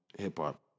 hip-hop